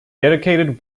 dedicated